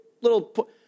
little